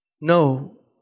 No